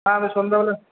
হ্যাঁ আমি সন্ধেবেলা